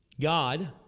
God